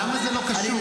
למה זה לא קשור?